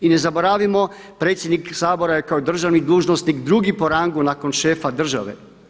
I ne zaboravimo, predsjednik Sabora je kao državni dužnosnik drugi po rangu nakon šefa države.